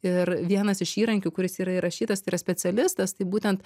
ir vienas iš įrankių kuris yra įrašytas tai yra specialistas tai būtent